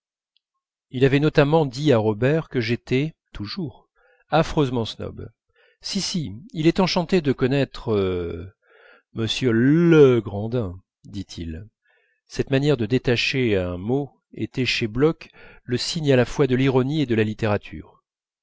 il avait notamment dit à robert que j'étais toujours affreusement snob si si il est enchanté de connaître m llllegrandin dit-il cette manière de détacher un mot était chez bloch le signe à la fois de l'ironie et de la littérature